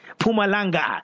Pumalanga